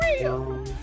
real